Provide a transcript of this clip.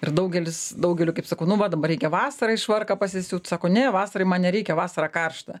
ir daugelis daugeliui kaip sakau nu va dabar reikia vasarai švarką pasisiūt sako ne vasarai man nereikia vasarą karšta